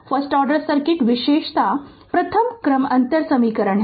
first order circuit विशेषताप्रथम क्रम अंतर समीकरण है